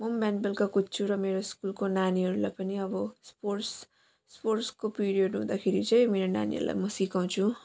म पनि बिहान बेलुका कुद्छु र मेरो स्कुलको नानीहरूलाई पनि अब स्पोर्ट्स स्पोर्ट्सको पिरियड हुँदाखेरि चाहिँ मेरो नानीहरूलाई म सिकाउँछु